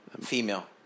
female